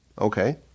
Okay